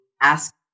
ask